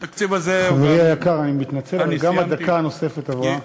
חברי היקר, אני מתנצל, אבל גם הדקה הנוספת עברה.